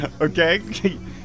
Okay